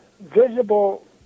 visible